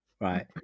right